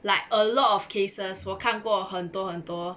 like a lot of cases 我看过很多很多